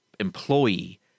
employee